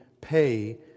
pay